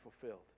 fulfilled